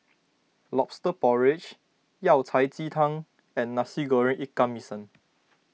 Lobster Porridge Yao Cai Ji Tang and Nasi Goreng Ikan Masin